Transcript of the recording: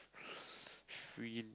free